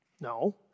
No